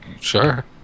Sure